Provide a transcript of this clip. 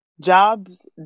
jobs